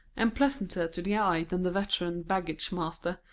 and pleasanter to the eye than the veteran baggage-master,